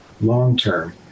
long-term